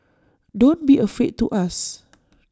don't be afraid to ask